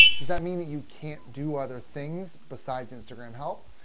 does that mean that you can't do other things besides instagram help?